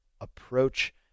approach